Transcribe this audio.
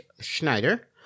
Schneider